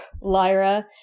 Lyra